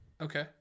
Okay